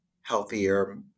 healthier